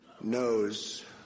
knows